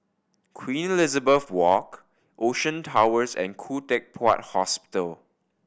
Queen Elizabeth Walk Ocean Towers and Khoo Teck Puat Hospital